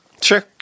Sure